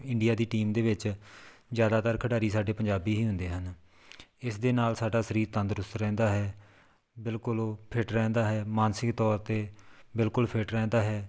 India ਦੀ team ਦੇ ਵਿੱਚ ਜ਼ਿਆਦਾਤਰ ਖਿਡਾਰੀ ਸਾਡੇ ਪੰਜਾਬੀ ਹੀ ਹੁੰਦੇ ਹਨ ਇਸ ਦੇ ਨਾਲ ਸਾਡਾ ਸਰੀਰ ਤੰਦਰੁਸਤ ਰਹਿੰਦਾ ਹੈ ਬਿਲਕੁਲ ਉਹ ਫਿਟ ਰਹਿੰਦਾ ਹੈ ਮਾਨਸਿਕ ਤੌਰ 'ਤੇ ਬਿਲਕੁਲ ਫਿਟ ਰਹਿੰਦਾ ਹੈ